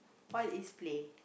all is play